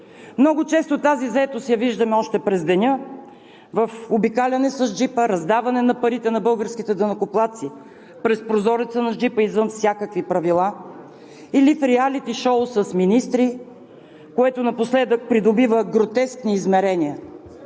Много често тази заетост я виждаме още през деня в обикаляне с джипа, раздаване на парите на българските данъкоплатци през прозореца на джипа, извън всякакви правила, или в реалити шоу с министри, което напоследък придобива гротескни измерения.